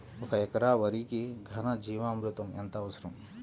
ఒక ఎకరా వరికి ఘన జీవామృతం ఎంత అవసరం?